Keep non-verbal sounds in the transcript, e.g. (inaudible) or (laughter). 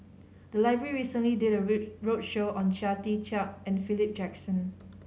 the library recently did a (unintelligible) roadshow on Chia Tee Chiak and Philip Jackson